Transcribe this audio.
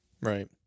Right